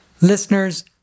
Listeners